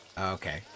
Okay